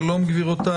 שלום גבירותיי.